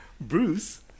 Bruce